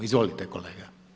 Izvolite kolega.